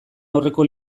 aurreko